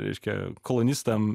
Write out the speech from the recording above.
reiškia kolonistam